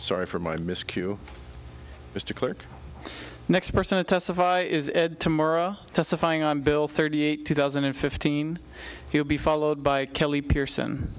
sorry for my miscue mr clerk next person to testify is ed tomorrow testifying on bill thirty eight two thousand and fifteen he'll be followed by kelly pearson